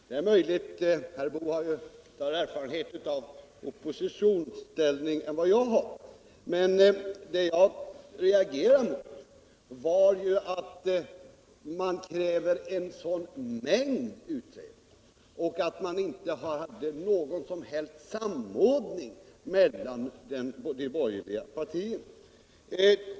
Herr Boo har större erfarenhet av att vara i oppositionsställning än jag, men vad jag reagerar emot var att man krävde en sådan mängd utredningar och att det inte fanns någon som helst samordning mellan de borgerliga partierna.